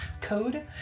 code